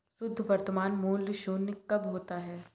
शुद्ध वर्तमान मूल्य शून्य कब होता है?